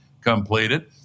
completed